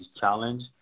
challenge